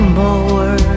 more